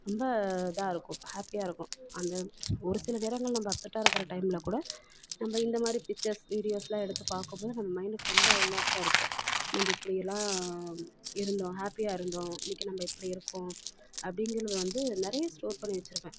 ரொம்ப இதாக இருக்கும் ஹேப்பியாக இருக்கும் அந்த ஒரு சில நேரங்கள் நம்ம அப்செட்டாக இருக்கிற டைமில்க் கூட நம்ம இந்த மாதிரி பிச்சர்ஸ் வீடியோஸ்ஸெலாம் எடுத்து பார்க்கும்போது நம்ம மைண்ட்டுக்கு ரொம்ப ரிலாக்ஸாக இருக்கும் நம்ம இப்படியெல்லாம் இருந்தோம் ஹேப்பியாக இருந்தோம் இன்னைக்கு நம்ம இப்படி இருக்கோம் அப்படிங்கிறது வந்து நிறைய ஸ்டோர் பண்ணி வச்சுருக்கேன்